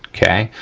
ah okay?